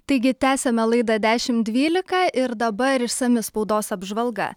taigi tęsiame laidą dešim dvylika ir dabar išsami spaudos apžvalga